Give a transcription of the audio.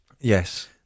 Yes